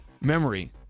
memory